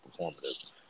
performative